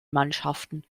mannschaften